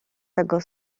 tego